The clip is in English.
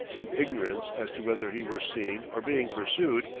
in ignorance as to whether he were seen or being pursued,